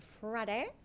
Friday